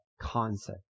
concept